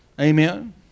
Amen